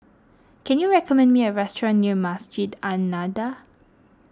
can you recommend me a restaurant near Masjid An Nahdhah